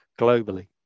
globally